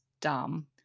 dumb